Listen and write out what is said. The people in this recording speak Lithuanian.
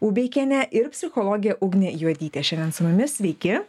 ubeikienė ir psichologė ugnė juodytė šiandien su mumis sveiki